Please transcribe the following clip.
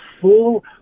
full